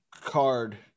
card